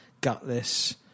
gutless